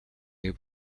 est